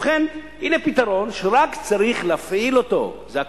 ובכן, הנה פתרון שרק צריך להפעיל אותו, זה הכול.